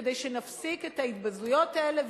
כדי שנפסיק את ההתבזויות האלה,